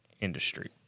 industry